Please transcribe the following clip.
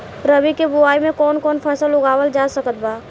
रबी के बोआई मे कौन कौन फसल उगावल जा सकत बा?